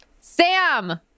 Sam